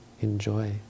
enjoy